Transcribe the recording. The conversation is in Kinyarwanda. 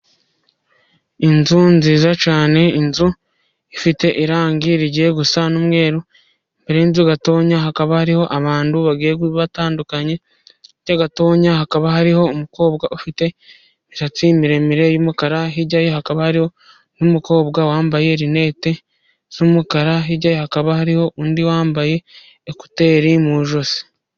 Inzu nziza cyane inzu ifite irangi rigiye gusa n'umweru imbere y'inzu gatoya hakaba hariho abantu bagiye batandukanye, hirya gatotoya hakaba hariho umukobwa ufite imiratsi miremire y'umukara, hirya ye hakaba hari n'umukobwa wambaye linete z'umukara, hirya hakaba hariho undi wambaye ekuteri mu ijosi.